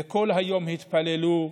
וכל היום התפללו.